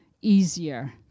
Easier